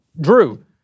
Drew